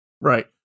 right